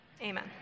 amen